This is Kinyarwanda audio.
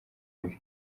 ibi